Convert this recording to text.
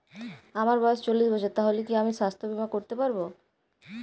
আমার বয়স চল্লিশ বছর তাহলে কি আমি সাস্থ্য বীমা করতে পারবো?